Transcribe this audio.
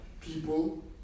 people